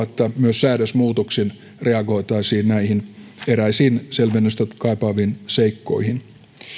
että myös säädösmuutoksin reagoitaisiin näihin eräisiin selvennystä kaipaaviin seikkoihin